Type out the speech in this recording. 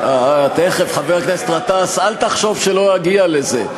תכף, חבר הכנסת גטאס, אל תחשוב שלא אגיע לזה.